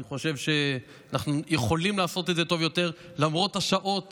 אני חושב שאנחנו יכולים לעשות את זה טוב יותר למרות השעות